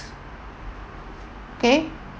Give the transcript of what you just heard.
okay